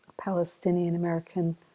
Palestinian-American